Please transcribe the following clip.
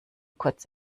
kurz